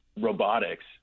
robotics